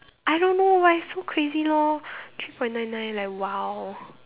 I don't know but it's so crazy lor three point nine nine like !wow!